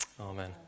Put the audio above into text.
Amen